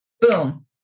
boom